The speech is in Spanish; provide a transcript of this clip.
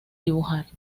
dibujar